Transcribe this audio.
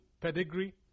pedigree